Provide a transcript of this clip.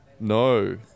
No